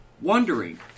wondering